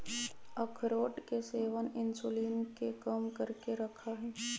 अखरोट के सेवन इंसुलिन के कम करके रखा हई